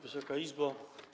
Wysoka Izbo!